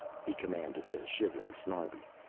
he commanded the shivering snarbi,